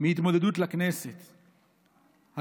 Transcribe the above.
מהתמודדות לכנסת,